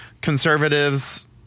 conservatives